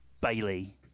Bailey